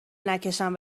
نکشن